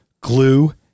glue